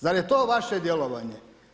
Zar je to vaše djelovanje?